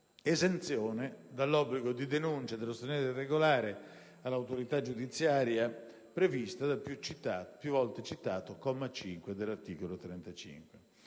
esenzione dall'obbligo di denuncia dello straniero irregolare all'autorità giudiziaria prevista dal più volte citato comma 5 dell'articolo 35.